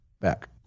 back